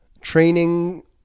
training